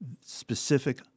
specific